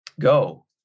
Go